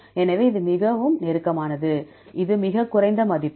எனவே இது மிக நெருக்கமானது இது மிகக் குறைந்த மதிப்பு